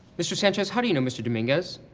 mr. sanchez, how do you know mr. dominguez?